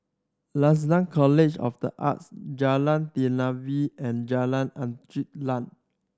Lasalle College of The Arts Jalan Telawi and Jalan Angin Laut